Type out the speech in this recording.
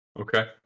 Okay